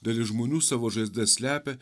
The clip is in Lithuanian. dalis žmonių savo žaizdas slepia